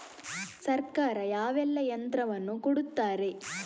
ಸರ್ಕಾರ ಯಾವೆಲ್ಲಾ ಯಂತ್ರವನ್ನು ಕೊಡುತ್ತಾರೆ?